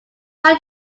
try